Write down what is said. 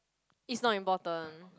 is not important